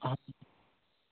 آہ